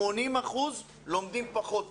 80% לומדים פחות טוב.